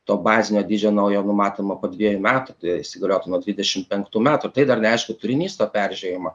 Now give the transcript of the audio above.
to bazinio dydžio naujo numatoma po dviejų metų įsigaliotų nuo dvidešim penktų metų tai dar neaišku turinys to peržiūrėjimo